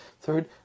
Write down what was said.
Third